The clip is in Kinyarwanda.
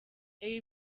ibi